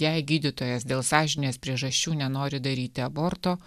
jei gydytojas dėl sąžinės priežasčių nenori daryti aborto